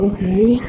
Okay